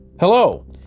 Hello